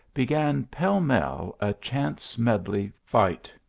began, pell-mell, a chance medley fight.